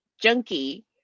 junkie